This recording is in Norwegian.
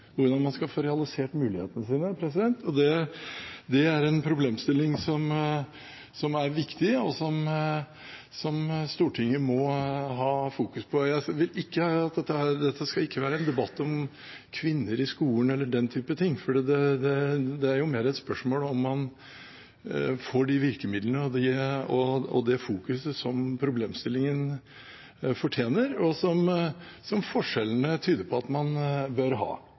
hvordan man skal skape seg et godt liv seinere, hvordan man skal få realisert mulighetene sine. Det er en problemstilling som er viktig, og som Stortinget må ha fokus på. Dette skal ikke være en debatt om kvinner i skolen eller den type ting, for det er mer et spørsmål om man får de virkemidlene og det fokus som problemstillingen fortjener, og som forskjellene tyder på at man bør ha.